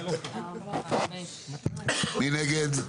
הצבעה בעד, 5 נגד,